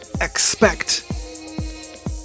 Expect